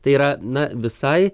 tai yra na visai